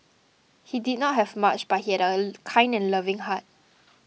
he did not have much but he had a kind and loving heart